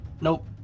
Nope